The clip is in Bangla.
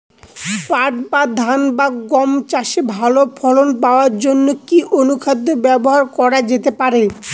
পাট বা ধান বা গম চাষে ভালো ফলন পাবার জন কি অনুখাদ্য ব্যবহার করা যেতে পারে?